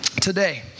today